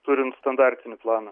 turint standartinį planą